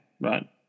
right